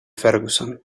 ferguson